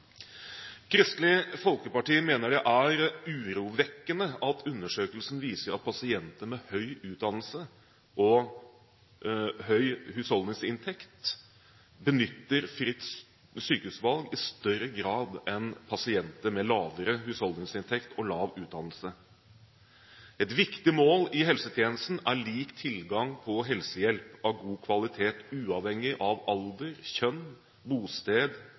Kristelig Folkeparti mener det er urovekkende at undersøkelsen viser at pasienter med høy utdannelse og høy husholdningsinntekt benytter ordningen med fritt sykehusvalg i større grad enn pasienter med lavere husholdningsinntekt og lav utdannelse. Et viktig mål i helsetjenesten er lik tilgang på helsehjelp av god kvalitet uavhengig av alder, kjønn og bosted